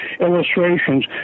illustrations